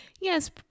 Yes